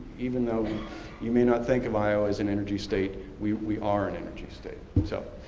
even though you may not think of iowa as an energy state, we we are an energy state. so,